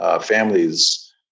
families